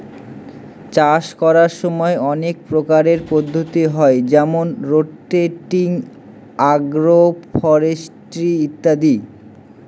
চাষ করার সময় অনেক প্রকারের পদ্ধতি হয় যেমন রোটেটিং, আগ্র ফরেস্ট্রি ইত্যাদি